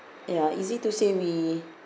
ya easy to say we